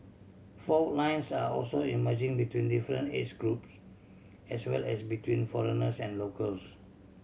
fault lines are also emerging between different age groups as well as between foreigners and locals